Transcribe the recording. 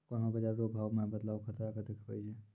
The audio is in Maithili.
कोन्हों बाजार रो भाव मे बदलाव खतरा के देखबै छै